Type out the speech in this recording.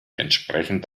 entsprechend